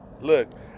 Look